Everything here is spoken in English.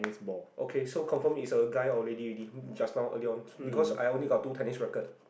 okay so confirm is a guy or lady already just now earlier on because I only got two tennis rackets